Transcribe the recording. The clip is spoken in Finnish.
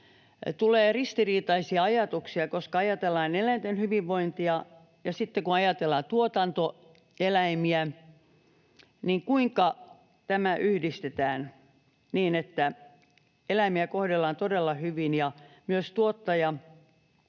sikäli ristiriitaisia ajatuksia, koska kun ajatellaan eläinten hyvinvointia ja sitten kun ajatellaan tuotantoeläimiä, niin kuinka tämä yhdistetään niin, että eläimiä kohdellaan todella hyvin ja myös tuottaja,